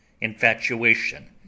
infatuation